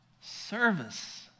service